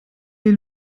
est